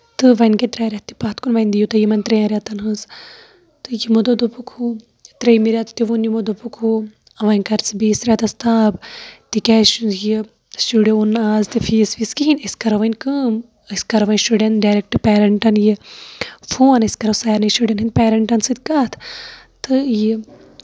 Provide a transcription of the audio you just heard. تہٕ وۄنۍ گٔے ترٛےٚ رٮ۪تھ تہِ پَتھ کُن وۄنۍ دِیو تُہۍ یِمن ترٛین رٮ۪تَن ہنٛز تہٕ یِمو دوٚپ دوٚپُکھ ہُہ ترٛیمہِ رٮ۪تہٕ تہِ ووٚن یِمو دوٚپُکھ ہُہ وۄنۍ کر ژٕ بیٚیِس ریٚتَس تاب تِکیازِ یہِ شُریو اوٚن نہٕ آز تہِ فیٖس ویٖس کِہینۍ أسۍ کرو وۄنۍ کٲم أسۍ کرو وۄنۍ شُرٮ۪ن ڈَریکٹ پیرَنٹَن یہِ فون أسۍ کرو سارنی شُرٮ۪ن ہِندۍ پیرینٹَن سۭتۍ کَتھ تہٕ یہِ